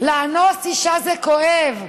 לאנוס אישה זה כואב,